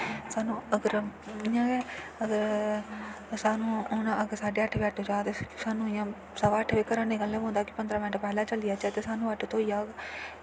सानूं अगर इ'यां गै अगर सानूं हून अगर साढे अट्ठ बजे आटो जाऽ ते सानूं इ'यां सवा अट्ठ बजे घरा दा निकलना पौंदा कि पंदरां मिंट पैह्लें चली जाचै ते सानूं आटो थ्होई जाह्ग